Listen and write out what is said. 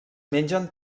mengen